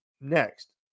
next